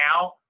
now